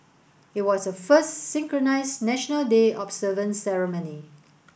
it was the first synchronised National Day observance ceremony